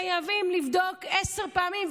חייבים לבדוק עשר פעמים,